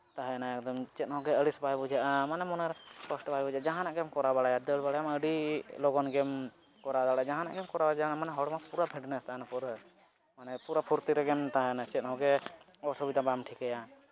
ᱛᱟᱦᱮᱱᱟ ᱮᱠᱫᱚᱢ ᱪᱮᱫ ᱦᱚᱸᱜᱮ ᱟᱹᱲᱤᱥ ᱵᱟᱭ ᱵᱩᱡᱷᱟᱹᱜᱼᱟ ᱢᱟᱱᱮ ᱢᱚᱱᱮᱨᱮ ᱠᱚᱥᱴᱚ ᱵᱟᱭ ᱵᱩᱡᱷᱟᱹᱜᱼᱟ ᱡᱟᱦᱟᱱᱟᱜ ᱜᱮᱢ ᱠᱚᱨᱟᱣ ᱵᱟᱲᱟᱭᱟ ᱫᱟᱹᱲ ᱵᱟᱲᱟᱭᱟᱢ ᱟᱹᱰᱤ ᱞᱚᱜᱚᱱ ᱜᱮᱢ ᱠᱚᱨᱟᱣ ᱫᱟᱲᱮᱭᱟᱜᱼᱟ ᱡᱟᱦᱟᱱᱟᱜ ᱜᱮᱢ ᱠᱚᱨᱟᱣ ᱢᱟᱱᱮ ᱦᱚᱲᱢᱚ ᱯᱩᱨᱟᱹ ᱯᱷᱤᱴᱱᱮᱥ ᱛᱟᱦᱮᱱᱟ ᱯᱩᱨᱟᱹ ᱢᱟᱱᱮ ᱯᱩᱨᱟᱹ ᱯᱷᱩᱨᱛᱤ ᱨᱮᱜᱮᱢ ᱛᱟᱦᱮᱱᱟ ᱪᱮᱫᱦᱚᱸᱜᱮ ᱚᱥᱩᱵᱤᱫᱟ ᱵᱟᱢ ᱴᱷᱤᱠᱟᱹᱭᱟ